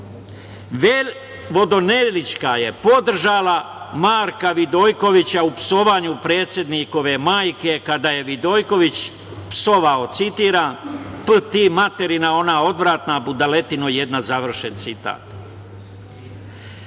Vodinelićka je podržala Marka Vidojkovića u psovanju predsednikove majke, kada je Vidojković psovao, citiram: „P* ti materina ona odvratna, budaletino jedna“, završen citat.